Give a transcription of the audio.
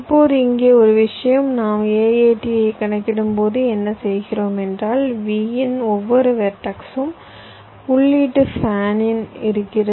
இப்போது இங்கே ஒரு விஷயம் நாம் AAT ஐ கணக்கிடும்போது என்ன செய்கிறோம் என்றால் V இன் ஒவ்வொரு வெர்டெக்ஸுக்கும் உள்ளீட்டு ஃபேன் இன் இருக்கிறது